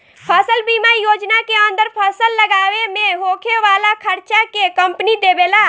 फसल बीमा योजना के अंदर फसल लागावे में होखे वाला खार्चा के कंपनी देबेला